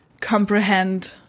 comprehend